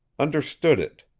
understood it,